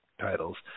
titles